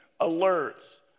alerts